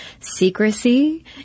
secrecy